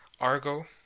Argo